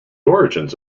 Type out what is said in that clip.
origins